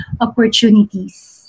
opportunities